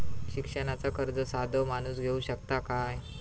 शिक्षणाचा कर्ज साधो माणूस घेऊ शकता काय?